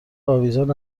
آویزان